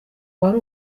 wari